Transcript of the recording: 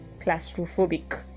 claustrophobic